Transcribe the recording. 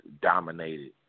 dominated